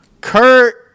Kurt